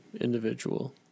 individual